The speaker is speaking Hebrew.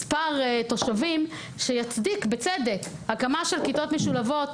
מספר תושבים שיצדיק הקמה של כיתות משולבות,